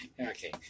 Okay